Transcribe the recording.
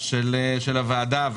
של הוועדה,